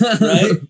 Right